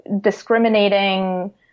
discriminating